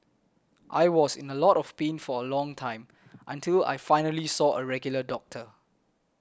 I was in a lot of pain for a long time until I finally saw a regular doctor